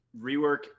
rework